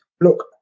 Look